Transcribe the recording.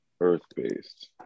Earth-based